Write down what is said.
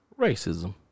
racism